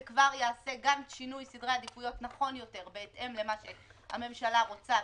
זה כבר יעשה גם שינוי סדר עדיפויות נכון יותר בהתאם למה שהממשלה רוצה.